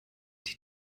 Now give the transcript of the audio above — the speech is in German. die